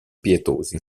pietosi